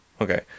okay